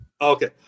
Okay